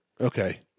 Okay